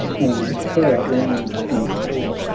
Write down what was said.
and terror round him spread.